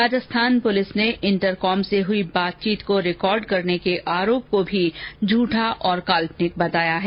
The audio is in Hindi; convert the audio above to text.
राजस्थान पुलिस ने इन्टरकॉम से हुई बातचीत को रिकार्ड करने के आरोप को भी झूठा और काल्पनिक बताया है